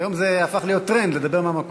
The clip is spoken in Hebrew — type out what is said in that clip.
היום זה הפך להיות טרנד, לדבר מהמקום.